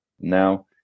Now